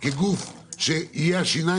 על כך שהפריפריה עדיין צריכה לקבל איזו שהיא התייחסות